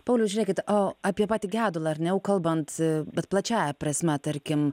pauliau žiūrėkit o apie patį gedulą ar ne jau kalbant bet plačiąja prasme tarkim